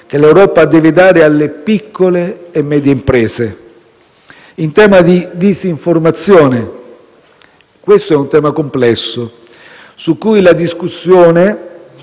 che l'Europa deve dare alle piccole e medie imprese. Quello della disinformazione è un tema complesso, su cui la discussione